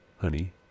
honey